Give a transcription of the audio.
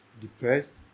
depressed